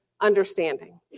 understanding